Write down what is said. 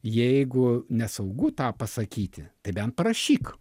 jeigu nesaugu tą pasakyti tai bent parašyk